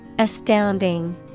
Astounding